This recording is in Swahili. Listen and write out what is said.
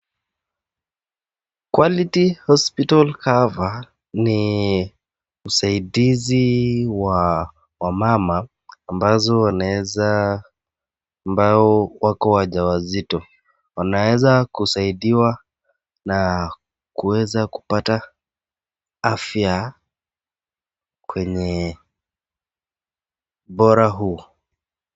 Quality hospital cover ni usaidizi wa wamama ambazo wanaweza tumia ambao wako wajawazito waneza kusaidiwa na kuweza kupata afya kwenye ubora huu.